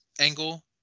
angle